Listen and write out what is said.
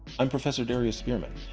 i'm professor darius spearman,